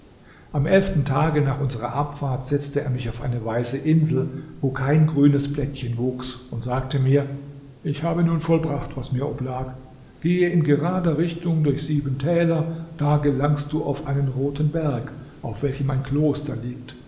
am elften tage nach unserer abfahrt setzte er mich auf eine weiße insel wo kein grünes blättchen wuchs und sagte mir ich habe nun vollbracht was mir oblag gehe in gerader richtung durch sieben täler da gelangst du auf einen roten berg auf welchem ein kloster liegt